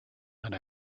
and